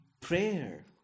Prayer